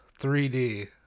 3D